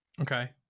okay